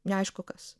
neaišku kas